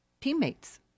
Teammates